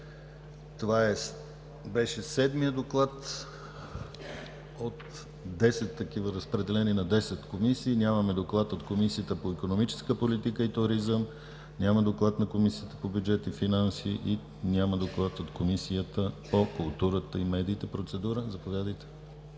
Това беше седмият доклад от десет такива, разпределени на десет комисии. Нямаме доклади от Комисията по икономическа политика и туризъм, от Комисията по бюджет и финанси и от Комисията по културата и медиите. Процедура – заповядайте.